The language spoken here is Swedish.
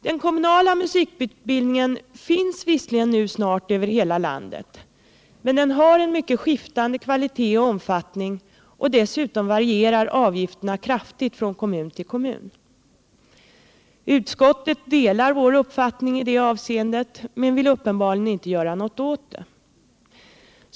Den kommunala musikutbildningen finns visserligen nu snart över hela landet, men den har en mycket skiftande kvalitet och omfattning och dessutom varierar avgifterna kraftigt från kommun till kommun. Utskottet delar vår uppfattning i det avseendet men vill uppenbarligen inte göra något åt det.